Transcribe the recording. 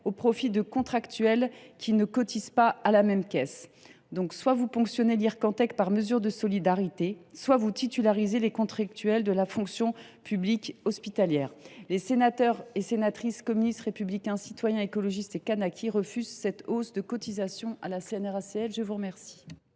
au profit de contractuels, qui ne cotisent pas à la même caisse. Par conséquent, soit vous ponctionnez l’Ircantec par mesure de solidarité, soit vous titularisez les contractuels de la fonction publique hospitalière. Les sénateurs et sénatrices du groupe Communiste Républicain Citoyen et Écologiste – Kanaky refusent cette hausse de cotisations à la CNRACL. La parole